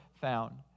found